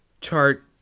chart